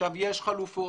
ויש חלופות.